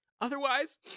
Otherwise